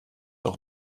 auch